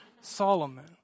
Solomon